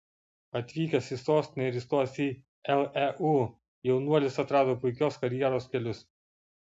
atvykęs į sostinę ir įstojęs į leu jaunuolis atrado puikios karjeros kelius